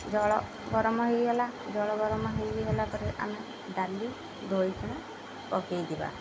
ଜଳ ଗରମ ହେଇଗଲା ଜଳ ଗରମ ହେଇଗଲା ପରେ ଆମେ ଡାଲି ଧୋଇକି ପକାଇ ଦେବା